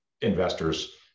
investors